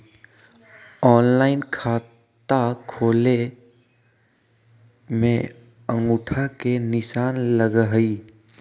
Online खाता खोले में अंगूठा के निशान लगहई?